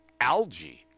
algae